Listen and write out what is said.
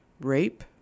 rape